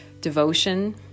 devotion